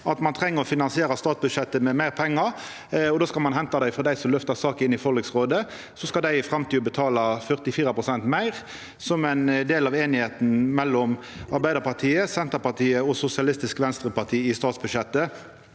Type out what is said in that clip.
ein treng å finansiera statsbudsjettet med meir pengar, og at ein skal henta dei frå dei som løftar saker inn i forliksrådet, og så skal dei i framtida betala 44 pst. meir – som ein del av einigheita mellom Arbeidarpartiet, Senterpartiet og Sosialistisk Venstreparti i statsbudsjettet.